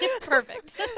perfect